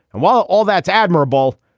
and while all that's admirable,